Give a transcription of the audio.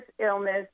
illness